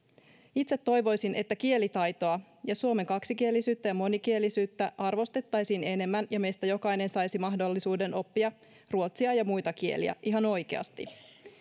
itse toivoisin että kielitaitoa ja suomen kaksikielisyyttä ja monikielisyyttä arvostettaisiin enemmän ja meistä jokainen saisi mahdollisuuden oppia ruotsia ja muita kieliä ihan oikeasti